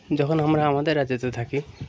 যখন আমরা আমাদের রাজ্যেতে থাকি